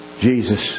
Jesus